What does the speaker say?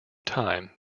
time